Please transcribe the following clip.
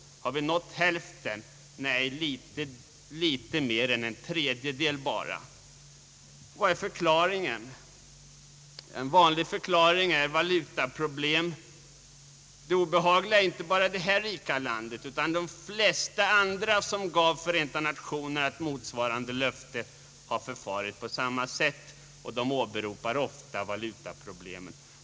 Har vi nått hälften? Nej, bara litet mer än en tredjedel av den utlovade ökningen efter propositionen 1962. Vad är orsaken? En vanlig förklaring är valutaproblemet. Det obehagliga är att inte bara detta rika land utan de flesta andra länder, som gav Förenta Nationerna motsvarande löfte, har förfarit på samma sätt. De åberopar ofta valutaproblemen.